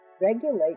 regulate